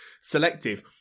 selective